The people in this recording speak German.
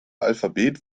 alphabet